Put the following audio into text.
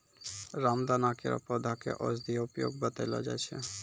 रामदाना केरो पौधा क औषधीय उपयोग बतैलो जाय छै